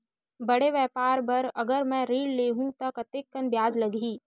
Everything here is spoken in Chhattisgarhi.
बड़े व्यापार बर अगर मैं ऋण ले हू त कतेकन ब्याज लगही?